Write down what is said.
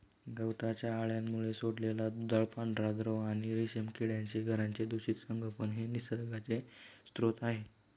गवताच्या अळ्यांमुळे सोडलेला दुधाळ पांढरा द्रव आणि रेशीम किड्यांची घरांचे दूषित संगोपन हे संसर्गाचे स्रोत आहे